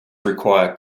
require